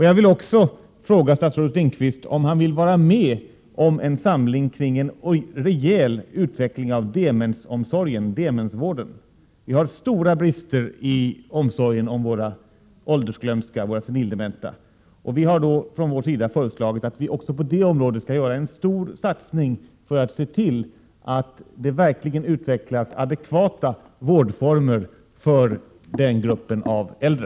Jag vill också fråga statsrådet Lindqvist, om han vill vara med om en samling kring en rejäl utveckling av demensomsorgen, demensvården. Det finnsstora brister i omsorgen om personer som lider av åldersglömska. Vi har föreslagit att det också på det området skall göras en stor satsning för att se till att det verkligen utvecklas adekvata vårdformer för den gruppen av äldre.